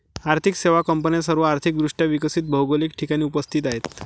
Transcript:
आर्थिक सेवा कंपन्या सर्व आर्थिक दृष्ट्या विकसित भौगोलिक ठिकाणी उपस्थित आहेत